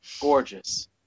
Gorgeous